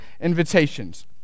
invitations